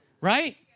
right